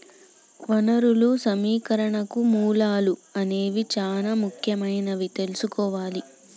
వనరులు సమీకరణకు మూలాలు అనేవి చానా ముఖ్యమైనవని తెల్సుకోవాలి